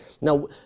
Now